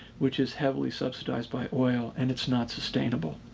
which is heavily subsidized by oil. and it's not sustainable.